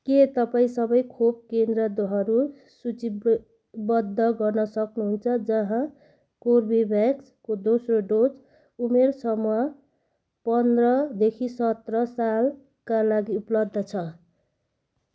के तपाईँँ सबै खोप केन्द्रहरू सूचीब बद्ध गर्न सक्नुहुन्छ जहाँ कर्बेभ्याक्सको दोस्रो डोज उमेरसमूह पन्ध्रदेखि सत्र सालका लागि उपलब्ध छ